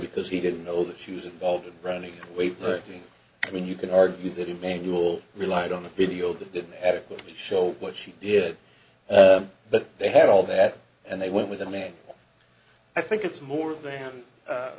because he didn't know that she was involved in running away but i mean you can argue that emmanuel relied on the video didn't adequately show what she did but they had all that and they went with a man i think it's more than